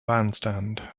bandstand